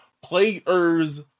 players